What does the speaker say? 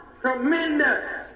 tremendous